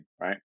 right